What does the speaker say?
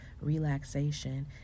relaxation